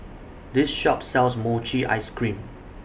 This Shop sells Mochi Ice Cream